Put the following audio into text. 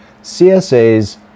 CSAs